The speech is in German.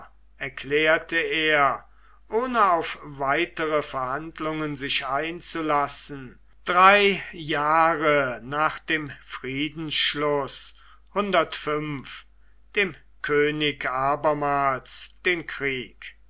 erklärte er ohne auf weitere verhandlungen sich einzulassen drei jahre nach dem friedensschluß dem könig abermals den krieg